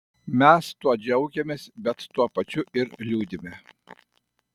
mes tuo džiaugiamės bet tuo pačiu ir liūdime